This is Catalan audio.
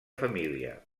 família